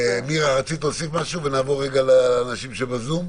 מירה, רצית להוסיף משהו ולסיום נעבור לאנשים בזום.